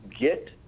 get